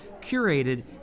curated